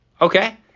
Okay